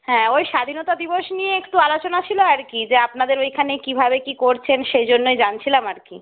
হ্যাঁ ওই স্বাধীনতা দিবস নিয়ে একটু আলোচনা ছিল আর কি যে আপনাদের ওইখানে কীভাবে কী করছেন সেই জন্যই জানছিলাম আর কি